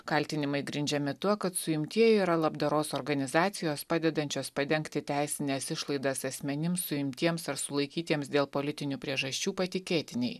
kaltinimai grindžiami tuo kad suimtieji yra labdaros organizacijos padedančios padengti teisines išlaidas asmenims suimtiems ar sulaikytiems dėl politinių priežasčių patikėtiniai